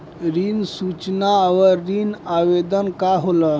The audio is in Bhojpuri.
ऋण सूचना और ऋण आवेदन का होला?